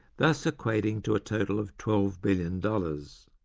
thus equating to a total of twelve billion dollars.